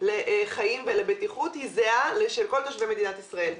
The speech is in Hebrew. לחיים ולבטיחות זהה לשל כל תושבי מדינת ישראל.